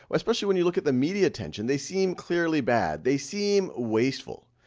especially when you look at the media attention, they seem clearly bad, they seem wasteful.